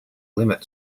limit